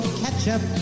ketchup